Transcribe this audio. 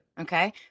Okay